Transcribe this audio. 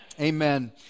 Amen